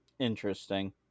Interesting